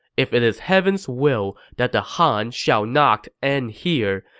if it is heaven's will that the han shall not end here,